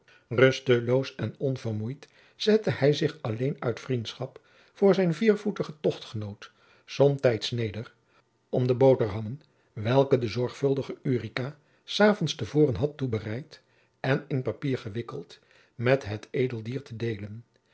rusteloos en onvermoeid zette hij zich alleen uit vriendschap voor zijn viervoetigen tochtgenoot somtijds neder om de boterammen welke de zorgvolle ulrica s avonds te voren had toebereid en in papier gewikkeld met het edel dier te deelen